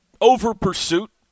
Over-pursuit